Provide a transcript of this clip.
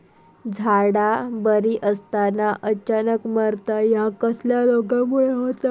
झाडा बरी असताना अचानक मरता हया कसल्या रोगामुळे होता?